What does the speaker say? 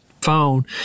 phone